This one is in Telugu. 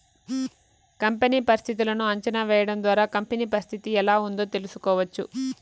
కంపెనీ పరిస్థితులను అంచనా వేయడం ద్వారా కంపెనీ పరిస్థితి ఎలా ఉందో తెలుసుకోవచ్చు